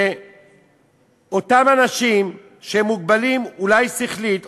ואותם אנשים שהם מוגבלים אולי שכלית,